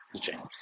James